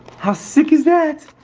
how sick is that?